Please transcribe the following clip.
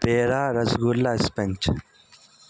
تیرا rasgulla sponge